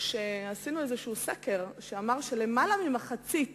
עשינו סקר שאמר שלמעלה ממחצית